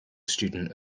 student